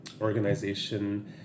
organization